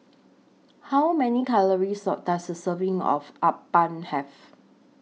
How Many Calories Does A Serving of Uthapam Have